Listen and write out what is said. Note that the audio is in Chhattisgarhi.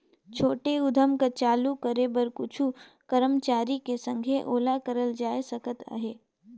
छोटे उद्यम ल चालू करे बर कुछु करमचारी के संघे ओला करल जाए सकत अहे